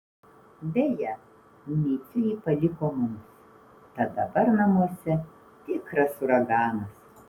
beje micių ji paliko mums tad dabar namuose tikras uraganas